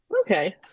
Okay